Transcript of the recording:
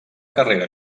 carrera